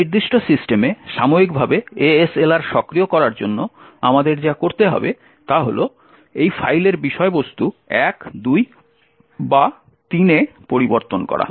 এই নির্দিষ্ট সিস্টেমে সাময়িকভাবে ASLR সক্রিয় করার জন্য আমাদের যা করতে হবে তা হল এই ফাইলের বিষয়বস্তু 1 2 বা 3 এ পরিবর্তন করা